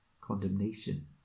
condemnation